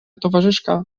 towarzyszka